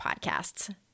podcasts